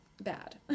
bad